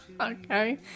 Okay